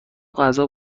غذا